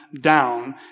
down